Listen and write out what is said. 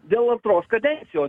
dėl antros kadencijos